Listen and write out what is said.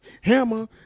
Hammer